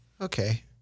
Okay